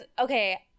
okay